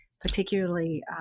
particularly